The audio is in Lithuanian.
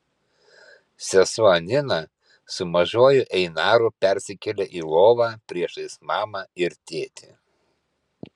sesuo nina su mažuoju einaru persikėlė į lovą priešais mamą ir tėtį